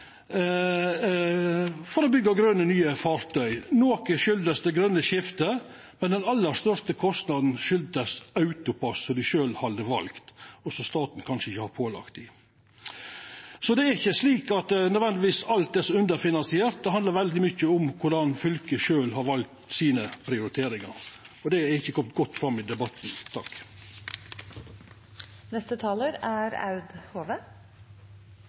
for å byggja grøne, nye fartøy. Noko kom av det grøne skiftet, men den aller største kostnaden kom av AutoPASS, som dei sjølve hadde valt, og som staten kanskje ikkje har pålagt dei. Så det er ikkje slik at alt nødvendigvis er så underfinansiert. Det handlar veldig mykje om korleis fylket sjølv har prioritert, og det er ikkje kome godt fram i debatten. Eg må innrømme at det er